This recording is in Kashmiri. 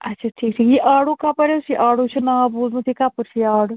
آچھا ٹھیٖک چھُ یہِ آڈوٗ کَپٲرۍ حظ چھُ یہِ آڈوٗ چھُ ناو بوٗزمُت یہِ کَپٲرۍ چھُ یہِ آڈوٗ